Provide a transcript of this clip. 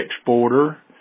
exporter